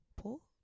pull